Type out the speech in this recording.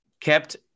kept